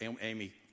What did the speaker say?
Amy